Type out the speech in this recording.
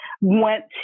went